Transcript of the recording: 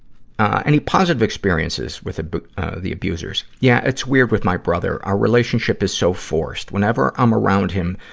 any positive experiences with ah ah the abusers? yeah, it's weird with my brother. our relationship is so forced. whenever i'm around him,